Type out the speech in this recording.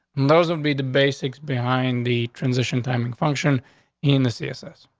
those would be the basics behind the transition timing function in the ceases.